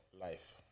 life